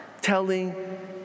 telling